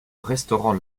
restaurant